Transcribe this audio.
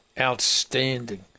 Outstanding